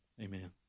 Amen